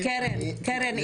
קרן,